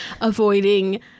avoiding